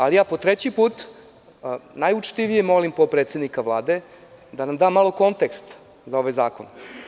Ali, po treći put, najučtivije molim potpredsednika Vlade da nam da malo kontekst za ovaj zakon.